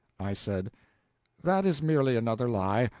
i said that is merely another lie.